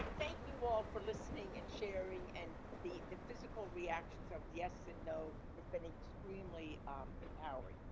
thank you all for listening and sharing and the physical reactions of the yes and no has been extremely empowering.